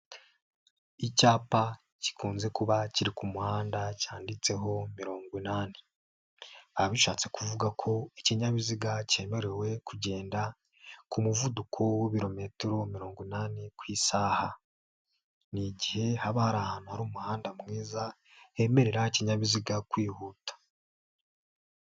Icyapa gikunze kuba kiri ku muhanda cyanditseho mirongo inani biba bishatse kuvuga ko ikinyabiziga cyemerewe kugenda ku muvuduko w'ibirometero mirongo inani ku isaha, ni igihe haba hari ahantu hari umuhanda mwiza hemerera ikinyabiziga kwihuta.